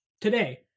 Today